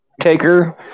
Taker